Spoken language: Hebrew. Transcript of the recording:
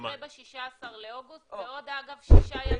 ומה יקרה ב-16 באוגוסט, זה בעוד שישה ימים.